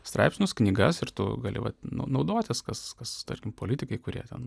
straipsnius knygas ir tu gali naudotis kas kas tarkim politikai kurie ten